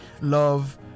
love